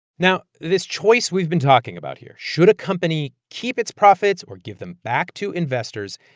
now, this choice we've been talking about here should a company keep its profits or give them back to investors?